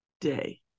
day